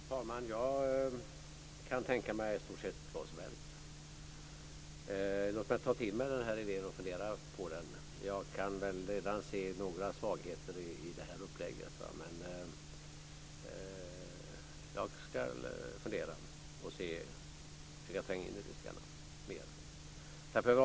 Fru talman! Jag kan tänka mig i stort sett vad som helst. Låt mig ta till mig den här idén och fundera på den. Jag kan väl redan nu se några svagheter i upplägget, men jag ska fundera och försöka tränga in i det hela lite mer.